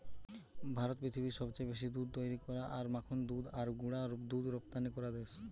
ভারত পৃথিবীর সবচেয়ে বেশি দুধ তৈরী করা আর মাখন দুধ আর গুঁড়া দুধ রপ্তানি করা দেশ